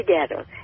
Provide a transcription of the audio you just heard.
together